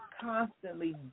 constantly